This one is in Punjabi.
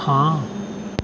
ਹਾਂ